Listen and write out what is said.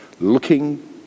looking